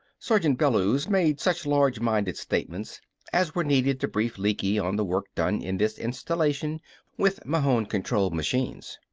sergeant bellews made such large-minded statements as were needed to brief lecky on the work done in this installation with mahon-controlled machines.